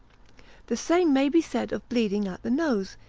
the same may be said of bleeding at the nose,